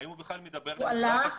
האם הוא בכלל מדבר למגזר הזה?